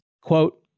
Quote